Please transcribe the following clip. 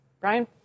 Brian